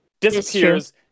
disappears